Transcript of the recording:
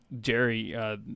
jerry